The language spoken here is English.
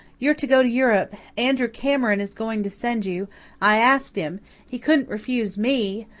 you're to go to europe andrew cameron is going to send you i asked him he couldn't refuse me.